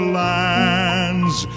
lands